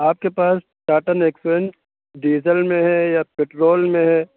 آپ کے پاس ٹاٹا نیکسون ڈیزل میں ہے یا پٹرول میں ہے